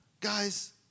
guys